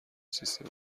سیستم